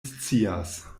scias